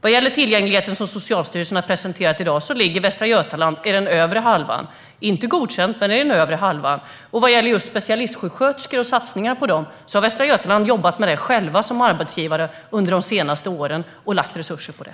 Vad gäller tillgängligheten, som Socialstyrelsen har presenterat i dag, ligger Västra Götaland i den övre halvan. Det är inte godkänt men i den övre halvan. Vad gäller specialistsjuksköterskor och satsningar på dem har Västra Götaland jobbat med detta som arbetsgivare under de senaste åren och lagt resurser på det.